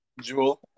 Jewel